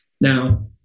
Now